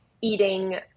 eating